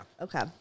Okay